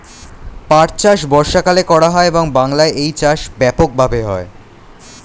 পাট চাষ বর্ষাকালে করা হয় এবং বাংলায় এই চাষ ব্যাপক ভাবে হয়